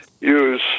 use